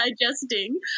digesting